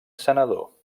senador